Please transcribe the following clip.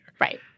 right